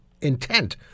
intent